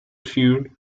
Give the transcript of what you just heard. feud